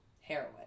heroin